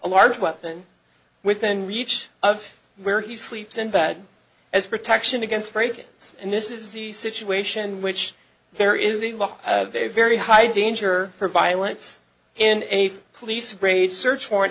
large weapon within reach of where he sleeps in bed as protection against break ins and this is the situation in which there is the lock of a very high danger for violence in a police raid search warrant